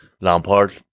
Lampard